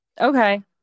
okay